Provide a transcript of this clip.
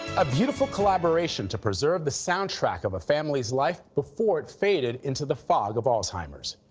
ah beautiful collaboration to preserve the soundtrack of a family's life before it's faded into the fog of alzheimer's.